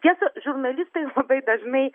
tiesa žurnalistai labai dažnai